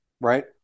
right